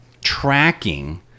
tracking